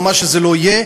או מה שזה לא יהיה.